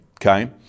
okay